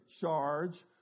charge